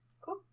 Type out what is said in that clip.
Cool